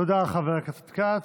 תודה לחבר הכנסת כץ.